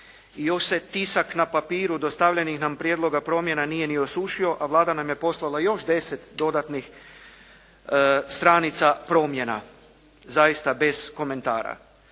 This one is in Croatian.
još se tisak na papiru dostavljenih nam prijedloga promjena nije ni osušio, a Vlada nam je poslala još 10 dodatnih stranica promjena. Zaista bez komentara.